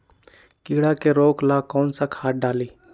कीड़ा के रोक ला कौन सा खाद्य डाली?